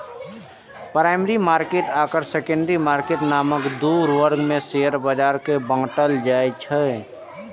primary market आ secondary market नामक दू वर्ग मे शेयर बाजार कें बांटल जाइ छै